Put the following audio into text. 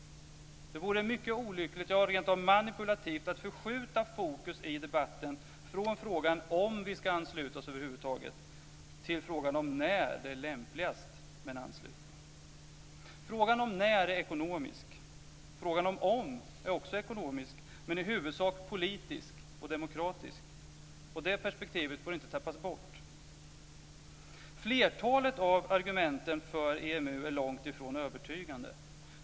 Det vore mycket olyckligt, ja rentav manipulativt, att förskjuta fokus i debatten från frågan om vi ska ansluta oss över huvud taget till frågan om när det är lämpligast med en anslutning. Frågan om när är ekonomisk. Frågan om är också ekonomisk, men i huvudsak politisk och demokratisk, och det perspektivet får inte tappas bort. Flertalet av argumenten för EMU är långt ifrån övertygande.